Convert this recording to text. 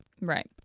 Right